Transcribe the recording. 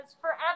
forever